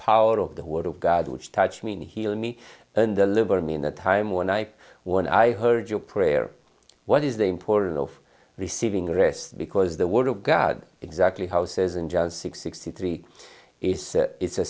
power of the word of god which touch mean heal me in the liver me in the time when i when i heard your prayer what is the importance of receiving rest because the word of god exactly houses in john six sixty three is